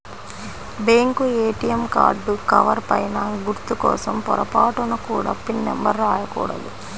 bank ATM card cover పైన గుర్తు కోసం పొరపాటున కూడా పిన్ నెంబర్ రాయకూడదు